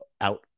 out